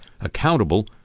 accountable